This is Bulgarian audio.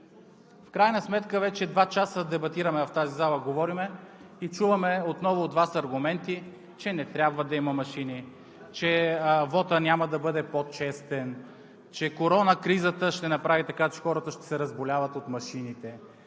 В крайна сметка вече два часа говорим, дебатираме в тази зала и чуваме отново от Вас аргументи, че не трябва да има машини, че вотът няма да бъде по-честен, че корона кризата ще направи така, че хората ще се разболяват от машините.